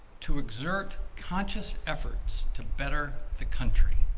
to exert conscious efforts to better the country.